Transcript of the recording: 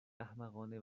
احمقانه